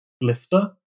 lifter